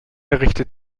richtet